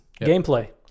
Gameplay